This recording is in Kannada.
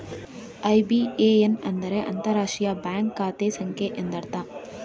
ಐ.ಬಿ.ಎ.ಎನ್ ಅಂದರೆ ಅಂತರರಾಷ್ಟ್ರೀಯ ಬ್ಯಾಂಕ್ ಖಾತೆ ಸಂಖ್ಯೆ ಎಂದರ್ಥ